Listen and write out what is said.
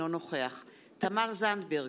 אינו נוכח תמר זנדברג,